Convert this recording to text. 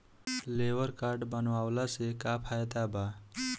Labour card बनवाला से का फायदा बा?